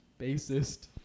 bassist